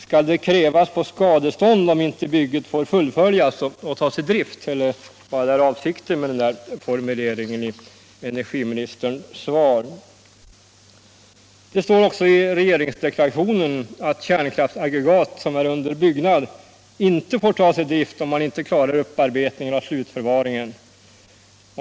Skall de krävas på skadestånd om bygget inte får fullföljas och tas i drift, eller vad är avsikten med den formuleringen i energiministerns svar? Det står också i regeringsdeklarationen att kärnkraftsaggregat som är under byggnad inte får tas i drift om man inte klarar upparbetningen och slutförvaringen.